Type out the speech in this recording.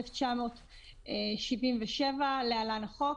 התשל"ז-1977 (להלן החוק),